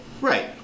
Right